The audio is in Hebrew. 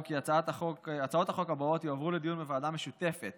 כי הצעות החוק הבאות יועברו לדיון בוועדה משותפת